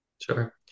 Sure